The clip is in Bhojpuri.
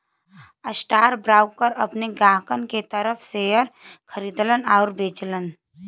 स्टॉकब्रोकर अपने ग्राहकन के तरफ शेयर खरीदलन आउर बेचलन